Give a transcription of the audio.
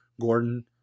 Gordon –